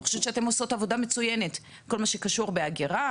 אני חושבת שאתן עושות עבודה מצוינת בכל מה שקשור בהגירה,